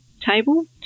table